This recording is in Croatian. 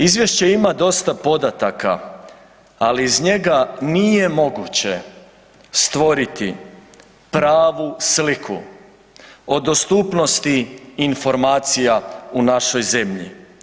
Izvješće ima dosta podataka ali iz njega nije moguće stvoriti pravu sliku o dostupnosti informacija u našoj zemlji.